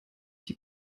die